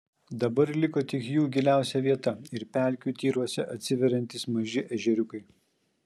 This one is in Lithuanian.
dabar liko tik jų giliausia vieta ir pelkių tyruose atsiveriantys maži ežeriukai